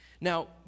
Now